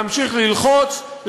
להמשיך ללחוץ,